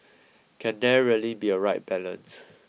can there really be a right balance